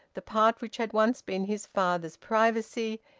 the part which had once been his father's privacy,